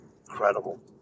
incredible